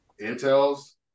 Intel's